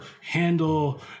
handle